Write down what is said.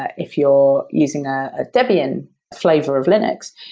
ah if you're using a debian flavor of linux,